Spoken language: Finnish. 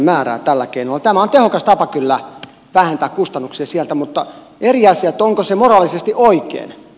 tämä on tehokas tapa kyllä vähentää kustannuksia sieltä mutta eri asia on onko se moraalisesti oikein